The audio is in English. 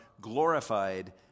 glorified